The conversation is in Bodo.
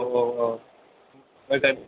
औ औ औ